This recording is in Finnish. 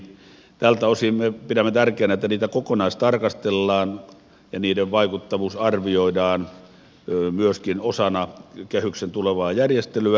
tältä osin me pidämme tärkeänä että niitä kokonaistarkastellaan ja niiden vaikuttavuus arvioidaan myöskin osana kehyksen tulevaa järjestelyä